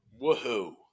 Woohoo